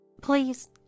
please